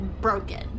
broken